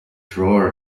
drawer